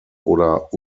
oder